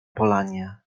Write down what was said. polanie